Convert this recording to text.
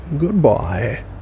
Goodbye